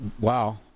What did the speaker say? Wow